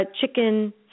Chicken